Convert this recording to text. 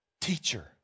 Teacher